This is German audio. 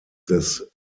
des